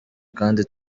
kandi